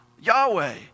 Yahweh